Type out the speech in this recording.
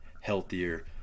healthier